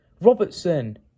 Robertson